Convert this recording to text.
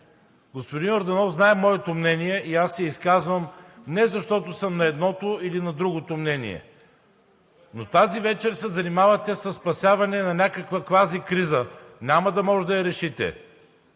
Господин Йорданов знае моето мнение и аз се изказвам не защото съм на едното или на другото мнение, но тази вечер се занимавате със спасяване на някаква квази криза. Няма да можете да я решите.